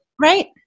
Right